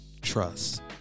trust